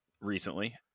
recently